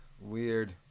Weird